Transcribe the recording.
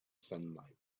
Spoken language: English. sunlight